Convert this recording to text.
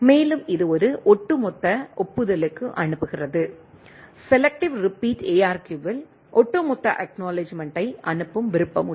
மேலும் இது ஒரு ஒட்டுமொத்த ஒப்புதலுக்கு அனுப்புகிறது செலெக்ட்டிவ் ரீபிட் ARQ இல் ஒட்டுமொத்த அக்நாலெட்ஜ்மெண்ட்டை அனுப்பும் விருப்பம் உள்ளது